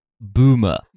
boomer